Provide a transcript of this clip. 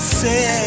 say